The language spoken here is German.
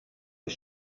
ich